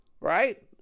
right